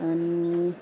अनि